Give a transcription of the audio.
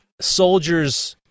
soldiers